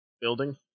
building